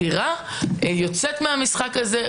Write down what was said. הדירה יוצאת מהמשחק הזה.